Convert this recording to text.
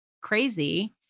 crazy